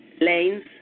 lanes